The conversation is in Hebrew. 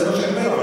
זה מה שאני אומר.